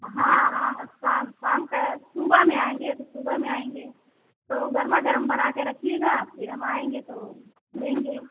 हाँ हाँ शाम शाम का सुबह में आएँगे तो सुबह में आएँगे तो गरमागरम बना के रखिएगा फिर हम आएँगे तो लेंगे